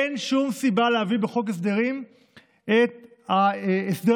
אין שום סיבה להביא בחוק הסדרים את ההסדר